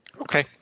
Okay